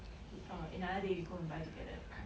err another day we go and buy together that kind